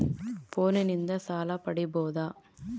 ಫೋನಿನಿಂದ ಸಾಲ ಪಡೇಬೋದ?